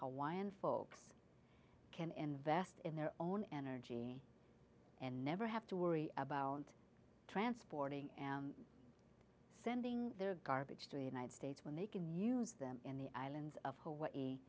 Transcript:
why and folks can invest in their own energy and never have to worry about transporting and sending their garbage to the united states when they can use them in the islands of hawaii